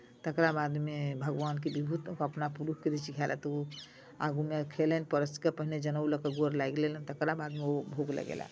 तकरा बादमे भगवानके विभूत अपना पुरुषकेँ दै छियै खाय लेल तऽ ओ आगूमे खयलनि परसि कऽ पहिने जनेउ लऽ कऽ गोर लागि लेलनि तकरा बादमे ओ भोग लगेलाह